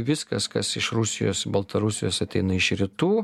viskas kas iš rusijos baltarusijos ateina iš rytų